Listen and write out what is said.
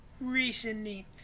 recently